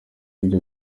ibyo